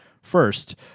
First